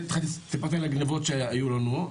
הגניבות שהיו לנו.